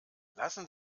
lassen